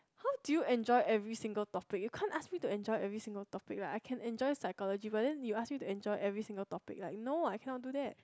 how do you enjoy every single topic you can't ask me to enjoy every single topic right I can enjoy phychology but then you ask me to enjoy every single topic like no I cannot do that